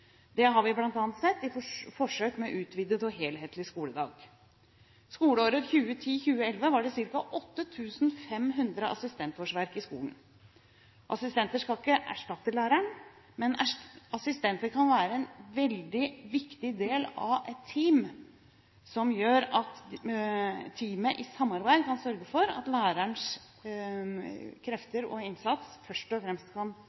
Det har vi bl.a. sett i forsøk med utvidet og helhetlig skoledag. I skoleåret 2010–2011 var det ca. 8 500 assistentårsverk i skolene. Assistenter skal ikke erstatte læreren, men assistenter kan være en veldig viktig del av et team. Teamet kan i samarbeid sørge for at lærerens krefter og innsats først og fremst kan